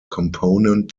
component